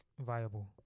viable